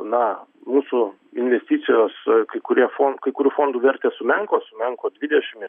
na mūsų investicijos kai kurie kai kurių fondų vertės sumenko sumenko dvidešimt